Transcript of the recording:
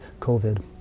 COVID